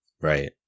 Right